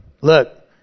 Look